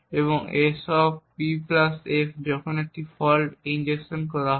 এবং SP f যখন একটি ফল্ট ইনজেকশন করা হয়